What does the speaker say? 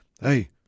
hey